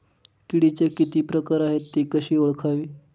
किडीचे किती प्रकार आहेत? ति कशी ओळखावी?